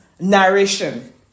narration